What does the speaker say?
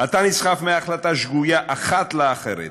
אתה נסחף מהחלטה שגויה אחת לאחרת,